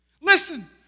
Listen